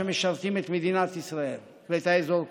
שמשרתים את מדינת ישראל ואת האזור כולו.